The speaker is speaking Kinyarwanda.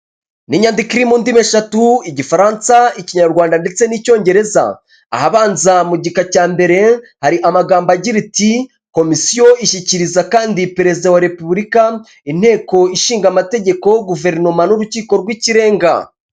Ni inyandiko iri mu ndimi eshatu, igifaransa, ikinyarwanda, ndetse n'icyongereza. Ahabanza mu gika cya mbere, hari amagambo agira iti "komisiyo ishyikiriza kandi Perezida wa Repubulika inteko ishinga amategeko guverinoma n'urukiko rw'ikirenga".